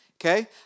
Okay